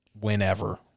whenever